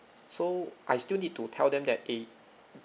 so I still need to tell them that eh